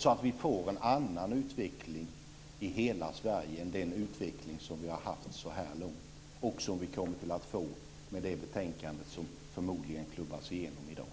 så att vi får en annan utveckling i hela Sverige än den utveckling som vi haft så här långt och som vi kommer att få i och med det betänkande som förmodligen klubbas igenom i dag?